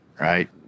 right